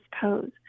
pose